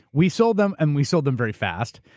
we sold them, and we sold them very fast.